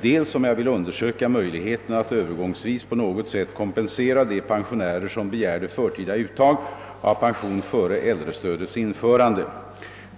dels om jag vill undersöka möjligheterna att övergångsvis på något sätt kompensera de pensionärer som begärde förtida uttag av pension före äldrestödets införande.